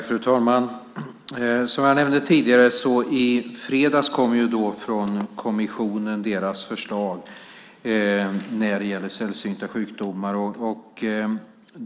Fru talman! Som jag nämnde tidigare kom från kommissionen i fredags deras förslag när det gäller sällsynta sjukdomar.